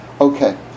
Okay